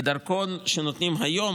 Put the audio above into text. כי דרכון שנותנים היום,